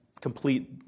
complete